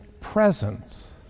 presence